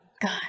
God